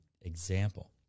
example